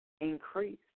increased